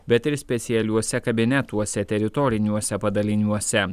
bet ir specialiuose kabinetuose teritoriniuose padaliniuose